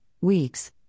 weeks